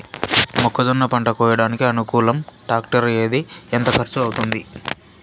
మొక్కజొన్న పంట కోయడానికి అనుకూలం టాక్టర్ ఏది? ఎంత ఖర్చు అవుతుంది?